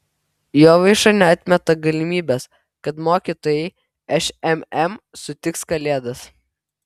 jovaiša neatmeta galimybės kad mokytojai šmm sutiks kalėdas